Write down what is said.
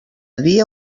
dia